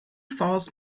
falls